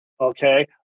Okay